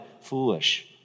foolish